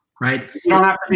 right